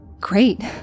Great